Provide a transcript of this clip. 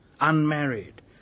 unmarried